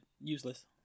useless